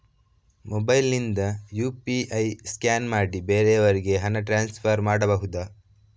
Mobile ನಿಂದ UPI scan ಮಾಡಿ ಬೇರೆಯವರಿಗೆ ಹಣ ಟ್ರಾನ್ಸ್ಫರ್ ಮಾಡಬಹುದ?